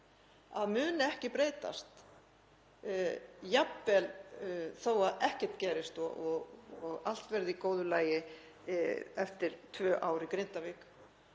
að mun ekki breytast, jafnvel þó að ekkert gerist og allt verði í góðu lagi eftir tvö ár í Grindavík?